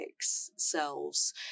selves